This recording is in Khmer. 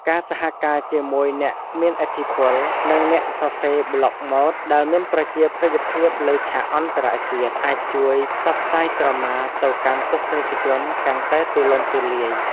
ការសហការជាមួយ អ្នកមានឥទ្ធិពល និងអ្នកសរសេរប្លុកម៉ូដ ដែលមានប្រជាប្រិយភាពលើឆាកអន្តរជាតិ អាចជួយផ្សព្វផ្សាយក្រមាទៅកាន់ទស្សនិកជនកាន់តែទូលំទូលាយ។